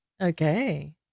Okay